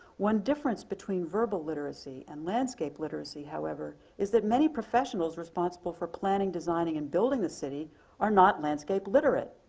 one difference between verbal literacy and landscape literacy however, is that many professionals responsible for planning, designing, and building a city are not landscape literate.